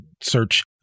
search